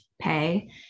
pay